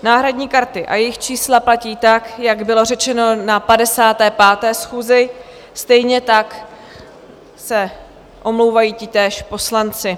Náhradní karty a jejich čísla platí tak, jak bylo řečeno na 55. schůzi, stejně tak se omlouvají titíž poslanci.